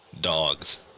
Dogs